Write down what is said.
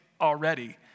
already